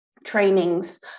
trainings